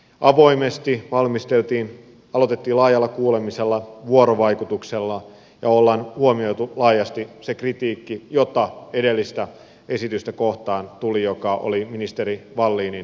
avoimesti valmisteltiin aloitettiin laajalla kuulemisella vuorovaikutuksella ja on huomioitu laajasti se kritiikki jota tuli edellistä esitystä kohtaan ministeri wallinin aikana